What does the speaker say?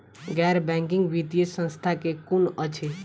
गैर बैंकिंग वित्तीय संस्था केँ कुन अछि?